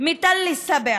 מתל שבע,